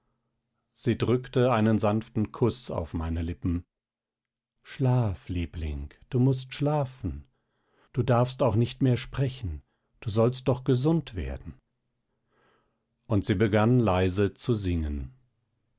sie drückte einen sanften kuß auf meine lippen schlaf liebling du mußt schlafen du darfst auch nicht mehr sprechen du sollst doch gesund werden und sie begann leise zu singen